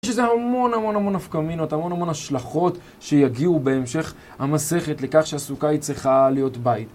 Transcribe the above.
יש לזה המון המון המון נפקא-מינות, המון המון השלכות שיגיעו בהמשך המסכת לכך שהסוכה היא צריכה להיות בית.